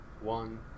one